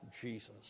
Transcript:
Jesus